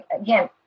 again